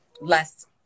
less